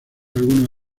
algunos